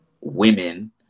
women